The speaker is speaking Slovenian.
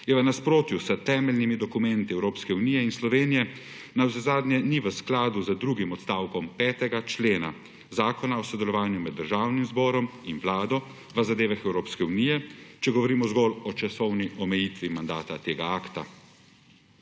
Je v nasprotju s temeljnimi dokumenti Evropske unije in Slovenije, navsezadnje ni v skladu z drugim odstavkom 5. člena Zakona o sodelovanju med državnim zborom in vlado v zadevah Evropske unije, če govorimo zgolj o časovni omejitvi mandata tega akta.